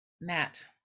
Matt